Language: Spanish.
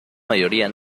mayoría